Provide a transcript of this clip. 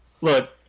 Look